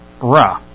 Ra